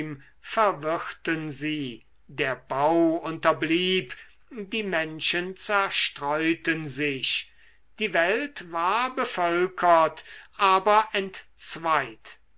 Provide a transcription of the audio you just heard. verwirrten sie der bau unterblieb die menschen zerstreuten sich die welt war bevölkert aber entzweit